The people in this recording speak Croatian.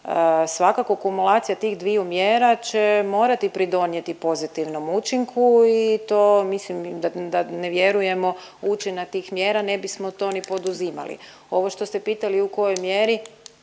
Svakako, kumulacija tih dviju mjera će morati pridonijeti pozitivnom učinku i to mislim da ne vjerujemo u učinak tih mjera, ne bismo to ni poduzimali. Ovo što ste pitali u kojoj mjeri,